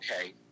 Okay